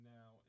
Now